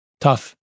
Tough